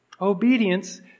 obedience